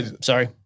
sorry